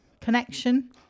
connection